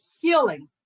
healing